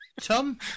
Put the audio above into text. Tom